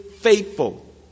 faithful